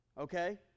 Okay